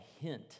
hint